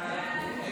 הסתייגות 4